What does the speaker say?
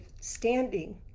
standing